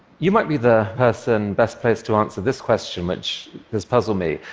you might be the person best placed to answer this question, which has puzzled me,